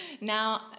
now